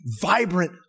vibrant